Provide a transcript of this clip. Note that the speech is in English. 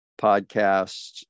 podcasts